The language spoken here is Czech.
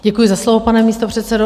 Děkuji za slovo, pane místopředsedo.